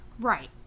right